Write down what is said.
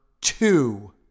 two